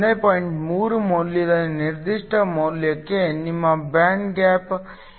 3 ಮೌಲ್ಯದ ನಿರ್ದಿಷ್ಟ ಮೌಲ್ಯಕ್ಕೆ ನಿಮ್ಮ ಬ್ಯಾಂಡ್ ಗ್ಯಾಪ್ Eg 1